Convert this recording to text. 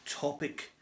topic